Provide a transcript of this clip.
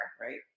Right